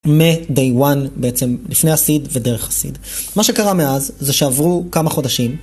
מטייוואן בעצם לפני הסיד ודרך הסיד. מה שקרה מאז, זה שעברו כמה חודשים